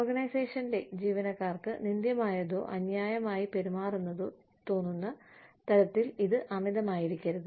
ഓർഗനൈസേഷന്റെ ജീവനക്കാർക്ക് നിന്ദ്യമായതോ അന്യായമായി പെരുമാറുന്നതോ തോന്നുന്ന തരത്തിൽ ഇത് അമിതമായിരിക്കരുത്